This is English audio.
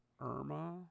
Irma